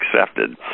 accepted